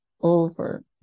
over